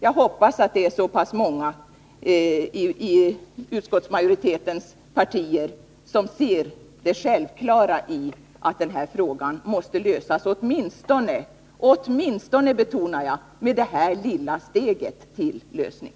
Jag hoppas att det inom de partier, som utskottsmajoritetens företrädare tillhör, är tillräckligt många som ser det självklara i att den här frågan måste lösas, åtminstone genom att man tar det här lilla steget till lösning.